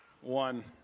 One